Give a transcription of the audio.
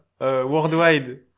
worldwide